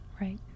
Right